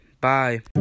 bye